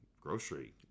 grocery